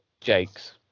Jake's